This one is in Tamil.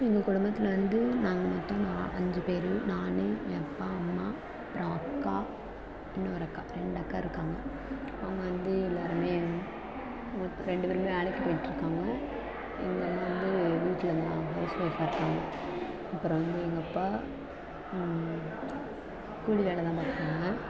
எங்கள் குடும்பத்தில் வந்து நாங்கள் மொத்தம் நான் அஞ்சு பேர் நான் என் அப்பா அம்மா அப்புறம் அக்கா இன்னொரு அக்கா ரெண்டு அக்கா இருக்காங்க அவங்க வந்து எல்லோருமே ரெண்டு பேரும் வேலைக்கு போய்ட்ருக்காங்க எங்கள் அம்மா வந்து வீட்டில் ஹவுஸ் ஒய்ஃபாக இருக்காங்க அப்புறம் வந்து எங்கள் அப்பா கூலி வேலை தான் பாக்கிறாங்க